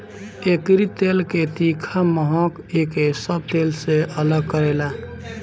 एकरी तेल के तीखा महक एके सब तेल से अलग करेला